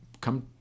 come